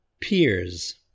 peers